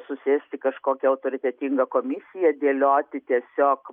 susėsti kažkokia autoritetinga komisija dėlioti tiesiog